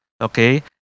okay